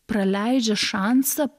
praleidžia šansą